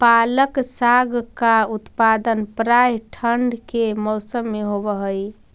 पालक साग का उत्पादन प्रायः ठंड के मौसम में होव हई